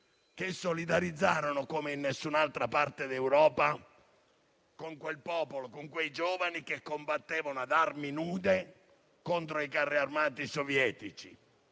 che solidarizzarono, come in nessun'altra parte d'Europa, con quel popolo e quei giovani che combattevano a mani nude contro i carri armati sovietici.